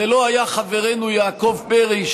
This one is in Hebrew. זה לא היה חברנו יעקב פרי,